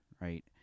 right